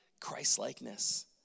christ-likeness